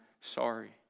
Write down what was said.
sorry